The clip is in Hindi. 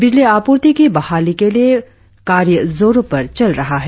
बिजली आपूर्ति की बहाली के लिए कार्य जोड़ो पर चल रहा है